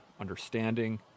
understanding